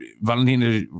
Valentina